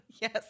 Yes